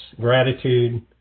gratitude